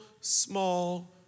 small